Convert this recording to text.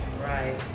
right